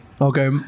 Okay